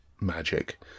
magic